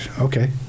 okay